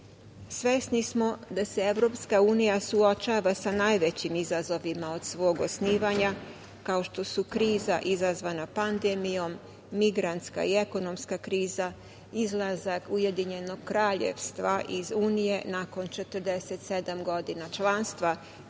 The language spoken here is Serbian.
smo da se EU suočava sa najvećim izazovima od svog osnivanja, kao što su kriza izazvana pandemijom, migrantska i ekonomska kriza, izlazak Ujedinjenog kraljevstva iz Unije nakon 47 godina članstva,